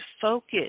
focus